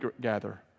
gather